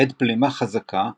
בעת בלימה חזקה,